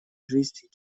жизнь